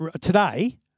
today